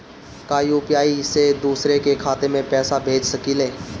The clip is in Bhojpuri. का यू.पी.आई से दूसरे के खाते में पैसा भेज सकी ले?